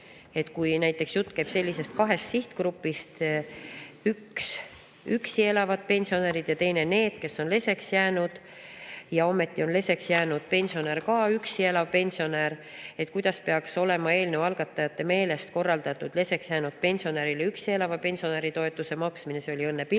kui näiteks jutt käib kahest sihtgrupist, esiteks üksi elavad pensionärid ja teiseks need, kes on leseks jäänud, ometi on leseks jäänud pensionär samuti üksi elav pensionär, siis kuidas peaks eelnõu algatajate meelest olema korraldatud leseks jäänud pensionärile üksi elava pensionäri toetuse maksmine. See oli Õnne Pillaki